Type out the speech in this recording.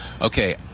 Okay